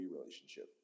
relationship